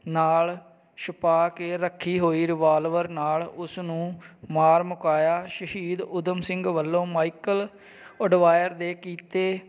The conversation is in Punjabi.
ਨਾਲ ਛੁਪਾ ਕੇ ਰੱਖੀ ਹੋਈ ਰਿਵਾਲਵਰ ਨਾਲ ਉਸ ਨੂੰ ਮਾਰ ਮੁਕਾਇਆ ਸ਼ਹੀਦ ਊਧਮ ਸਿੰਘ ਵੱਲੋਂ ਮਾਈਕਲ ਅਡਵਾਇਰ ਦੇ ਕੀਤੇ